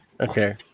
Okay